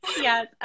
yes